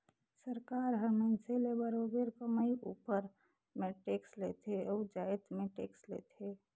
सरकार हर मइनसे ले बरोबेर कमई उपर में टेक्स लेथे अउ जाएत में टेक्स लेथे